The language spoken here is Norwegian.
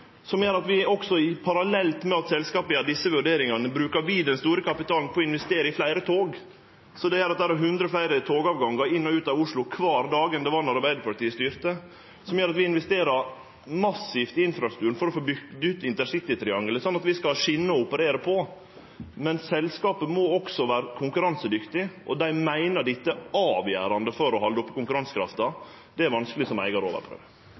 gjer at parallelt med at selskapet gjer desse vurderingane, brukar vi den store kapitalen på å investere i fleire tog, som gjer at det er hundre fleire togavgangar inn og ut av Oslo kvar dag enn det var då Arbeidarpartiet styrte. Vi investerer også massivt i infrastrukturen for å få bygd ut intercitytriangelet, slik at vi skal ha skjener å operere på. Men selskapet må også vere konkurransedyktig, og dei meiner dette er avgjerande for å halde oppe konkurransekrafta. Det er det vanskeleg som eigar